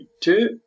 two